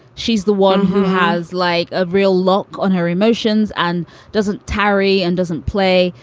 she's the one who has like a real lock on her emotions and doesn't tarry and doesn't play.